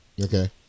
Okay